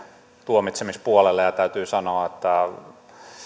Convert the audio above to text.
tuomitsemispuolelle ja täytyy sanoa että